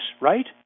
right